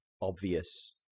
obvious